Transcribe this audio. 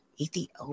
Ethiopia